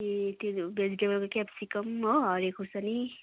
ए त्यो भेजिटेबलको क्याप्सिकम हो हरियो खोर्सानी